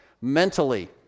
mentally